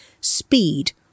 Speed